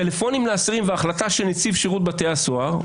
טלפונים לאסירים והחלטה של נציב שירות בתי הסוהר,